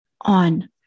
on